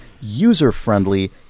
user-friendly